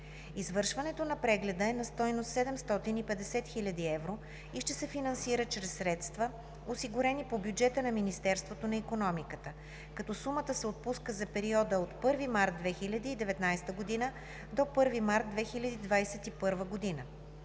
Извършването на прегледа е на стойност 750 хил. евро и ще се финансира чрез средства, осигурени по бюджета на Министерството на икономиката, като сумата се отпуска за периода от 1 март 2019 г. до 1 март 2021 г.